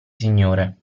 signore